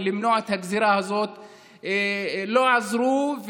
למנוע את הגזרה הזאת לא עזרו,